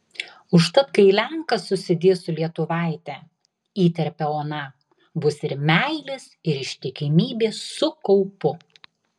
užtat kai lenkas susidės su lietuvaite įterpia ona bus ir meilės ir ištikimybės su kaupu